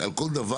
על כל דבר,